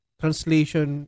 translation